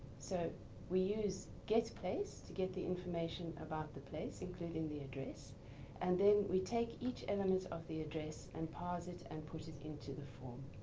so we use getplace to get the information about the place including the address and then we take each element of the address and parse it and put it into the form.